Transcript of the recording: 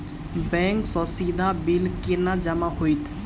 Bank सँ सीधा bill केना जमा होइत?